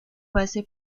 base